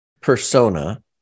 persona